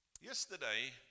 Yesterday